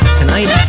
tonight